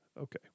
Okay